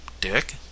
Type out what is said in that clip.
dick